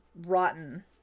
rotten